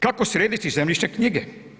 Kako srediti zemljišne knjige?